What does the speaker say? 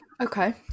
Okay